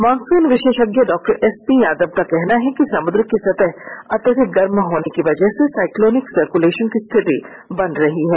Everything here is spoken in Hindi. मॉनसून विशेषज्ञ डॉ एसपी यादव का कहना है कि समुद्र की सतह अत्यधिक गर्म होने की वजह से साइक्लोनिक सर्कुलेशन की स्थिति बन रही है